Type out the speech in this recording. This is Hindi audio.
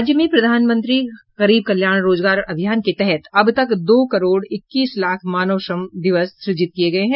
राज्य में प्रधानमंत्री गरीब कल्याण रोजगार अभियान के तहत अब तक दो करोड़ इक्कीस लाख मानव श्रम दिवस सृजित किये गये हैं